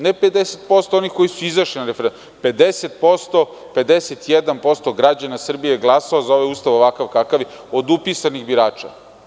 Ne 50% onih koji su izašli na referendum, 51% građana Srbije je glasalo za ovaj Ustav, ovakav kakav je, od upisanih birača.